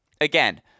again